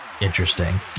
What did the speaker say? interesting